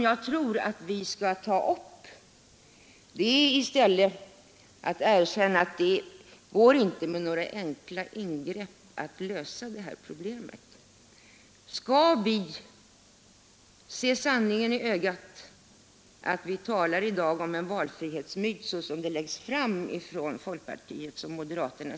Jag tror att vi i stället måste erkänna att det inte går att med några enkla ingrepp lösa det här problemet. Vi måste se sanningen i vitögat. Det vi talar om i dag är en valfrihetsmyt, som förs fram av folkpartisterna och moderaterna.